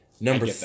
Number